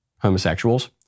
homosexuals